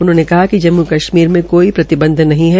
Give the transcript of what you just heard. उन्होंने कहा कि जम्मू कशमीर में कोई प्रतिबंध नहीं है